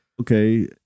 Okay